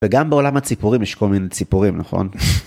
וגם בעולם הציפורים יש כל מיני ציפורים, נכון?